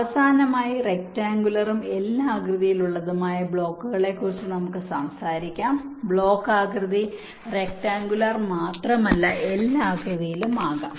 അവസാനമായി റെക്ടാങ്കുലറും എൽ ആകൃതിയിലുള്ളതുമായ ബ്ലോക്കുകളെക്കുറിച്ച് നമുക്ക് സംസാരിക്കാം ബ്ലോക്ക് ആകൃതി റെക്ടാങ്കുലർ മാത്രമല്ല എൽ ആകൃതിയിലുള്ളതും ആകാം